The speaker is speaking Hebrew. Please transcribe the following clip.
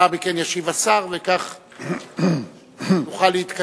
רק כדי לאפשר לשר להתפנות לשאר